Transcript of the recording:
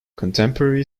contemporary